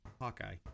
Hawkeye